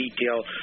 detail